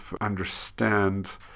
understand